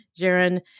jaron